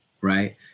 right